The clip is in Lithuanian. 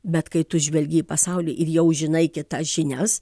bet kai tu žvelgi į pasaulį ir jau žinai kitas žinias